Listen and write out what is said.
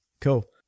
cool